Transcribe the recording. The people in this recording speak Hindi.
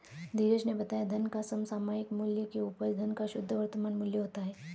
धीरज ने बताया धन का समसामयिक मूल्य की उपज धन का शुद्ध वर्तमान मूल्य होता है